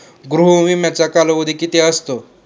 गृह विम्याचा कालावधी किती असतो?